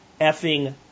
effing